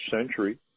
century